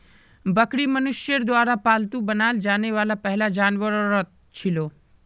बकरी मनुष्यर द्वारा पालतू बनाल जाने वाला पहला जानवरतत छिलो